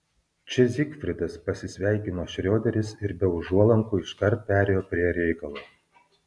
čia zigfridas pasisveikino šrioderis ir be užuolankų iškart perėjo prie reikalo